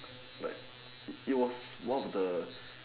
but it was one of the